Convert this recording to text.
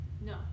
No